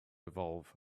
evolve